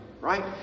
Right